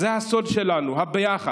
זה הסוד שלנו, הביחד.